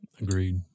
Agreed